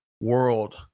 world